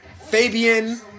Fabian